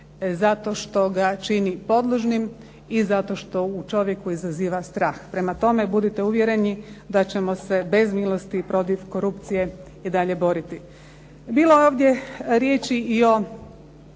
zato što ga čini podložnim i zato što u čovjeku izaziva strah. Prema tome, budite uvjereni da ćemo se bez milosti protiv korupcije i dalje boriti. Bilo je ovdje riječi i o